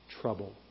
trouble